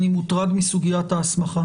אני מוטרד מסוגיית ההסמכה